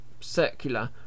Circular